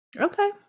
Okay